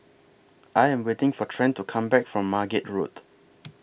I Am waiting For Trent to Come Back from Margate Road